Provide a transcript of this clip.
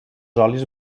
olis